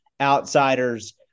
outsiders